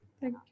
Thank